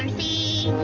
um the